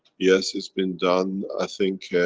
yes, it's been done i think.